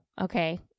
Okay